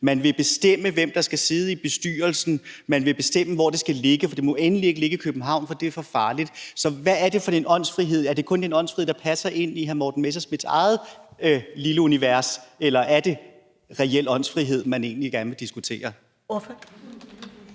Man vil bestemme, hvem der skal sidde i bestyrelsen. Man vil bestemme, hvor det skal ligge, for det må endelig ikke ligge i København, for det er for farligt. Så hvad er det for en åndsfrihed? Er det kun den åndsfrihed, der passer ind i hr. Morten Messerschmidts eget lille univers, eller er det reel åndsfrihed, man egentlig gerne vil diskutere?